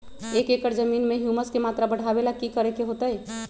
एक एकड़ जमीन में ह्यूमस के मात्रा बढ़ावे ला की करे के होतई?